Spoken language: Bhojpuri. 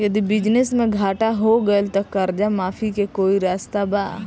यदि बिजनेस मे घाटा हो गएल त कर्जा माफी के कोई रास्ता बा?